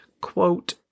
quote